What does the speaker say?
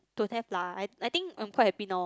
don't have lah I I think I'm quite happy now